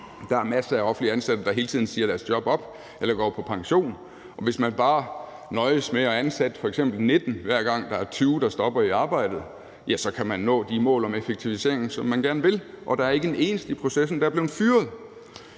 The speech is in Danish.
tiden er masser af offentligt ansatte, der siger deres job op eller går på pension. Hvis man bare nøjes med at ansætte f.eks. 19, hver gang der er 20, der stopper i arbejdet, så kan man nå de mål om effektivisering, som man gerne vil, og der er ikke en eneste i processen, der er blevet fyret.